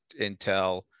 Intel